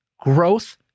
growth